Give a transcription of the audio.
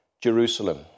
Jerusalem